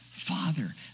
Father